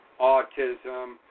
autism